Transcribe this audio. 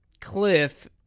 Cliff